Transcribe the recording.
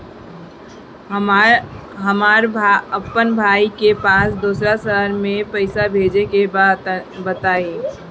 हमरा अपना भाई के पास दोसरा शहर में पइसा भेजे के बा बताई?